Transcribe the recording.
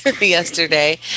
yesterday